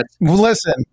Listen